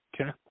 Okay